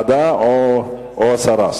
ועדה או הסרה.